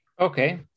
Okay